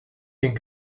den